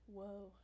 Whoa